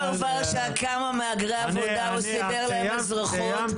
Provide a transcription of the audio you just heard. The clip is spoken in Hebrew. ורשה כמה מהגרי עבודה, הוא סידר להם אזרחות.